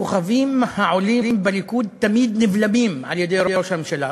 הכוכבים העולים בליכוד תמיד נבלמים על-ידי ראש הממשלה.